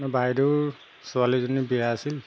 বাইদেউৰ ছোৱালীজনীৰ বিয়া আছিল